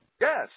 Yes